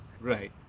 right